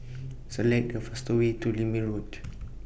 Select The fastest Way to Lermit Road